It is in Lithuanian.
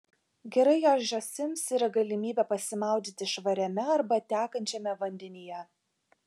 gerai jei žąsims yra galimybė pasimaudyti švariame arba tekančiame vandenyje